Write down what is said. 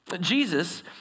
Jesus